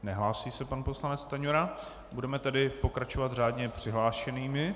Nehlásí se pan poslanec Stanjura, budeme tedy pokračovat řádně přihlášenými.